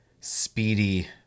speedy